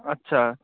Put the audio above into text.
আচ্ছা